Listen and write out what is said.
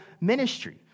ministry